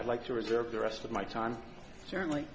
i'd like to reserve the rest of my time certainly